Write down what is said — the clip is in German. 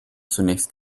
zunächst